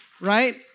right